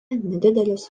nedidelis